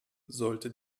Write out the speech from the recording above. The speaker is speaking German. sollte